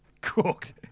cooked